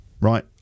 Right